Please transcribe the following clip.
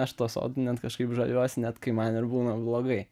aš tuo sodu net kažkaip žaviuosi net kai man ir būna blogai